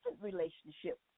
relationship